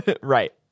right